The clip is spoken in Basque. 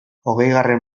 hogeigarren